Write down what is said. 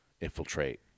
infiltrate